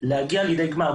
כדי להגיע לידי גמר.